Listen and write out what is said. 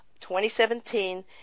2017